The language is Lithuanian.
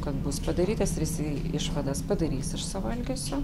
kad bus padarytas ir jisai išvadas padarys iš savo elgesio